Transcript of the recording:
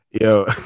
Yo